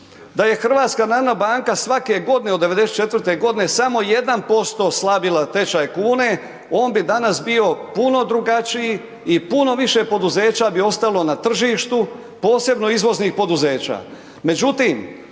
Da je HNB svake godine od '94. godine samo 1% slabila tečaj kune on bi danas bio puno drugačiji i puno više poduzeća bi ostalo na tržištu, posebno izvoznih poduzeća.